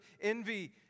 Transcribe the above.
envy